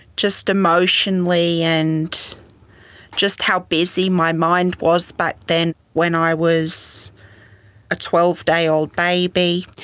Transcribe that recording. just emotionally and just how busy my mind was back then when i was a twelve day old baby.